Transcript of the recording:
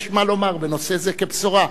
יש מה לומר בנושא זה כבשורה?